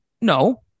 No